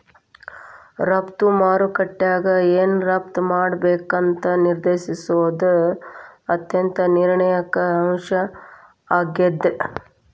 ರಫ್ತು ಮಾರುಕಟ್ಯಾಗ ಏನ್ ರಫ್ತ್ ಮಾಡ್ಬೇಕಂತ ನಿರ್ಧರಿಸೋದ್ ಅತ್ಯಂತ ನಿರ್ಣಾಯಕ ಅಂಶ ಆಗೇದ